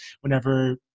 whenever